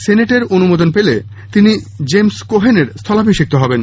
সেনেটের অনুমোদন পেলে তিনি জেমস কোহেনের স্থলাভিষিক্ত হবেন